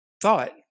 thought